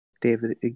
David